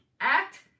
act